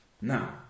Now